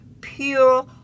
pure